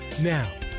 Now